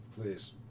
Please